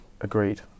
Agreed